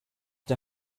der